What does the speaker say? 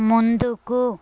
ముందుకు